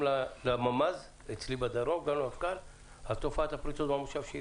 גם לממ"ז אצלי בדרום וגם למפכ"ל על תופעת הפריצות במושב.